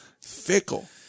Fickle